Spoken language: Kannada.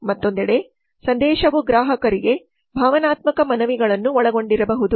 ಮತ್ತೊಂದೆಡೆ ಸಂದೇಶವು ಗ್ರಾಹಕರಿಗೆ ಭಾವನಾತ್ಮಕ ಮನವಿಗಳನ್ನು ಒಳಗೊಂಡಿರಬಹುದು